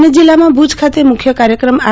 અને જિલ્લામાં ભુજ ખાતે મુખ્ય કાર્યક્રમ આર